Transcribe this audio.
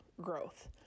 growth